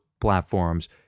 platforms